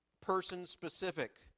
person-specific